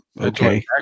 okay